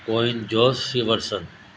کوین جوس سیورسن